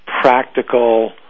practical